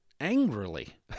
angrily